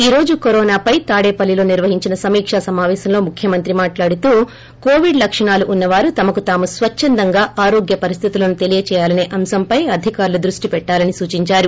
ఈ రోజు కరోనాపై తాడేపల్లిలో నిర్వహించిన సమీక సమావేశంలో ముఖ్యమంత్రి మాట్లాడుతూ కోవిడ్ లక్షణాలు ఉన్నవారు తమకు తాము స్వద్చందంగా ఆరోగ్యపరిస్టితులను తెలియజేయాలనే అంశంపై అధికారులు దృష్టిపెట్టాలని సూచిందారు